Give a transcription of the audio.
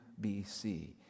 BC